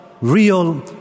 real